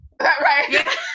Right